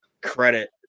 credit